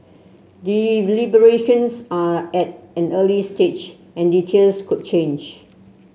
deliberations are at an early stage and details could change